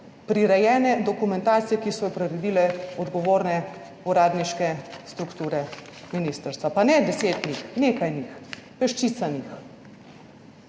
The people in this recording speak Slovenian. prirejene dokumentacije, ki so jo priredile odgovorne uradniške strukture ministrstva. Pa ne deset njih, nekaj njih, peščica njih.